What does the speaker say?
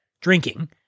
drinking